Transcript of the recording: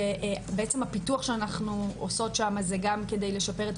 שבעצם הפיתוח שאנחנו עושות שם זה גם כדי לשפר את